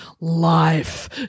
life